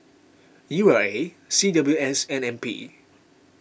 U R A C W S and N P